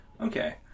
Okay